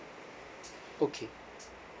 okay